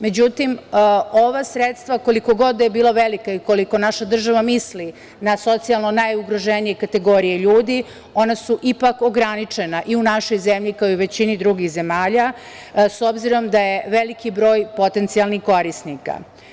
Međutim, ova sredstva, koliko god da su bila velika i koliko god da naša država misli na socijalno najugroženiji kategorije ljudi, ona su ipak ograničena i u našoj zemlji, kao i u većini drugih zemalja, s obzirom da je veliki broj potencijalnih korisnika.